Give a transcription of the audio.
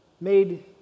made